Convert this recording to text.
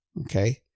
Okay